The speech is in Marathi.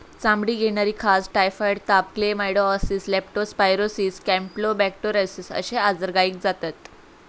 चामडीक येणारी खाज, टायफॉइड ताप, क्लेमायडीओसिस, लेप्टो स्पायरोसिस, कॅम्पलोबेक्टोरोसिस अश्ये आजार गायीक जातत